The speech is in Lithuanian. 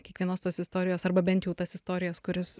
kiekvienos tos istorijos arba bent jau tas istorijas kuris